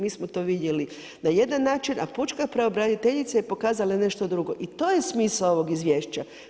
Mi smo to vidjeli na jedan način, a pučka pravobraniteljica je pokazala nešto drugo i to je smisao ovog izvješća.